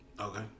Okay